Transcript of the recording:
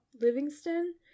Livingston